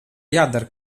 jādara